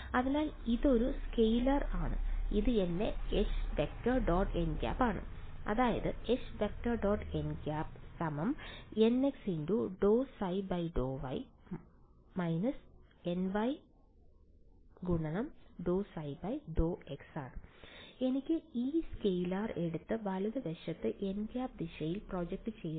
അതിനാൽ ഇതൊരു സ്കെയിലർ ആണ് ഇത് എന്റെ H→ · nˆ ആണ് H→ · nˆ nx ∂ϕ∂y − ny ∂ϕ∂x എന്നിട്ട് ഞാൻ ഈ സ്കെയിലർ എടുത്ത് വലതുവശത്ത് nˆ ദിശയിൽ പ്രൊജക്റ്റ് ചെയ്യുന്നു